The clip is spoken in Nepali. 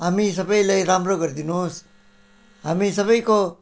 हामी सबैलाई राम्रो गरिदिनु होस् हामी सबैको